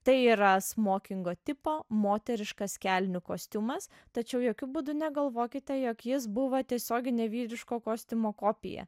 tai yra smokingo tipo moteriškas kelnių kostiumas tačiau jokiu būdu negalvokite jog jis buvo tiesioginė vyriško kostiumo kopija